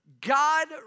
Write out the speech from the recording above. God